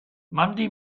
monday